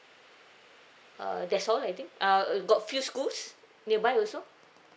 err that's all I think err uh got few schools nearby also